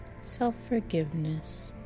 self-forgiveness